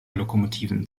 lokomotiven